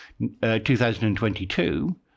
2022